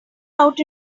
out